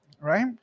right